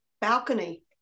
balcony